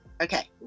Okay